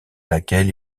laquelle